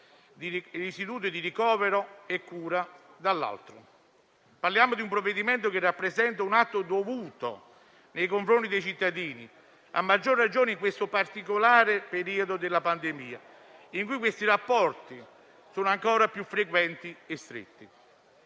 e istituti di ricovero e cura, dall'altro. Parliamo di un provvedimento che rappresenta un atto dovuto nei confronti dei cittadini, a maggior ragione in questo particolare periodo della pandemia, in cui tali rapporti sono ancora più frequenti e stretti.